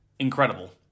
incredible